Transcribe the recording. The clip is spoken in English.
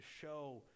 show